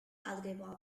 algebra